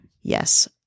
Yes